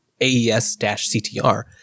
AES-CTR